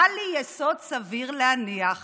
היה לי יסוד סביר להניח